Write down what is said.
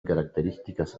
características